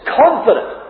confident